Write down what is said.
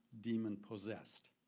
demon-possessed